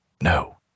No